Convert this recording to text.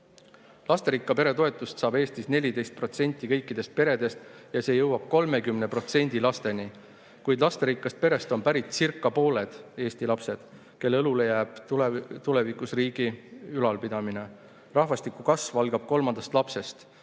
Lasterikka pere toetust saab Eestis 14% kõikidest peredest ja see jõuab 30% lasteni. Kuid lasterikkast perest on päritcircapooled Eesti lapsed. Nende õlule jääb tulevikus riigi ülalpidamine. Rahvastiku kasv algab kolmandast lapsest.